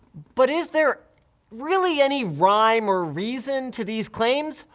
but is there really any rhyme or reason to these claims?